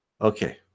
Okay